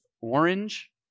orange